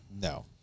No